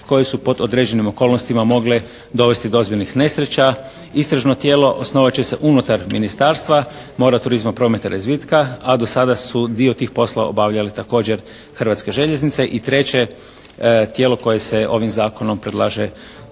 koje su pod određenim okolnostima mogle dovesti do ozbiljnih nesreća. Istražno tijelo osnovat će se unutar Ministarstva mora, turizma, prometa i razvitka a do sada su dio tih poslova obavljale također Hrvatske željeznice. I treće tijelo koje se ovim zakonom predlaže ustanoviti